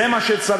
זה מה שצריך,